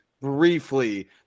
briefly